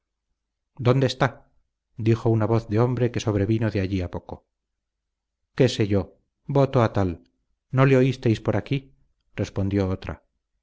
dónde está dijo una voz de hombre que sobrevino de allí a poco qué sé yo voto a tal no le oísteis por aquí respondió otra